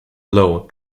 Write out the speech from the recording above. low